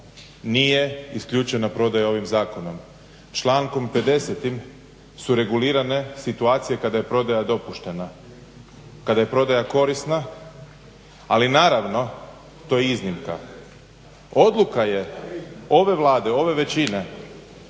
nije isključena prodaja ovim zakonom. Člankom 50. su regulirane situacije kada je prodaja dopuštena, kada je prodaja korisna ali naravno to je iznimka. Odluka je ove Vlade, ove većine